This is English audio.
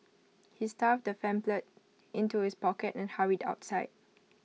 he stuffed the pamphlet into his pocket and hurried outside